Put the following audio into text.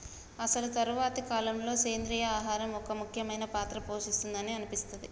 అసలు తరువాతి కాలంలో, సెంద్రీయ ఆహారం ఒక ముఖ్యమైన పాత్ర పోషిస్తుంది అని అనిపిస్తది